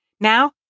Now